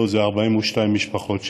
לא, זה 42 משפחות שמתפרקות.